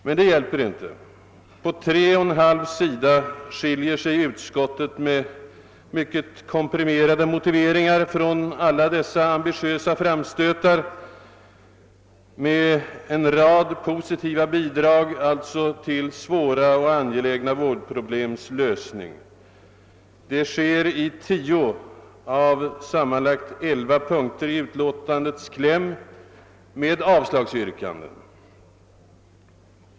Men det hjälper inte. På tre och en halv sida skiljer sig utskottet med mycket komprimerade motiveringar från alla dessa ambitiösa framstötar med dess många positiva bidrag till svåra och angelägna vårdproblems lösning. Det sker i tio av sammanlagt elva punkter i utlåtåndets kläm med avslagsyrkanden.